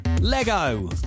Lego